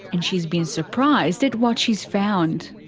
and she's been surprised at what she's found.